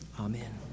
Amen